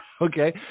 Okay